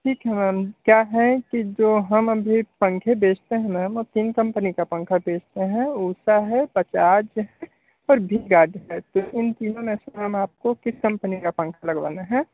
ठीक है मैम क्या है कि जो हम अभी पंखे बेचते है ना मैम वो तीन कंपनी क के पंखे बेचते हैं ऊषा है बजाज है है इन तीनों में से हम आपको किस कंपनी का पंखा लगवाना है